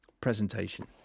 presentation